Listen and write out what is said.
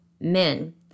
men